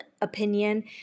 opinion